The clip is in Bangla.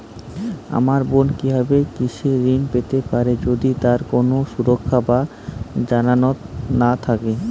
আমার বোন কীভাবে কৃষি ঋণ পেতে পারে যদি তার কোনো সুরক্ষা বা জামানত না থাকে?